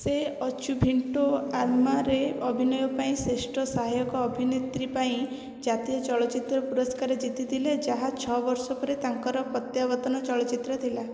ସେ ଅଚୁଭିଣ୍ଟେ ଆମ୍ମାରେ ଅଭିନୟ ପାଇଁ ଶ୍ରେଷ୍ଠ ସହାୟକ ଅଭିନେତ୍ରୀ ପାଇଁ ଜାତୀୟ ଚଳଚ୍ଚିତ୍ର ପୁରସ୍କାର ଜିତିଥିଲେ ଯାହା ଛଅ ବର୍ଷ ପରେ ତାଙ୍କର ପ୍ରତ୍ୟାବର୍ତ୍ତନ ଚଳଚ୍ଚିତ୍ର ଥିଲା